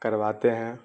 کرواتے ہیں